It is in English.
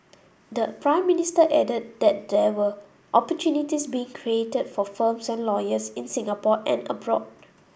the Prime Minister added that there were opportunities being created for firms and lawyers in Singapore and abroad